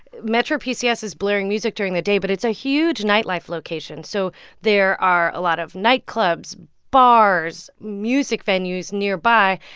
metro pcs is blaring music during the day, but it's a huge nightlife location. so there are a lot of nightclubs, bars, music venues nearby.